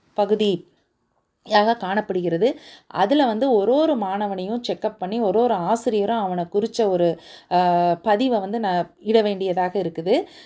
பகுதியாக காணப்படுகிறது அதில் வந்து ஒருவொரு மாணவனையும் செக்கப் பண்ணி ஒருவொரு ஆசிரியரும் அவனை குறித்த ஒரு பதிவை வந்து ந இட வேண்டியதாக இருக்குது